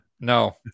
no